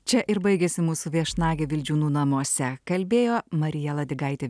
čia ir baigėsi mūsų viešnagė vildžiūnų namuose kalbėjo marija ladigaitė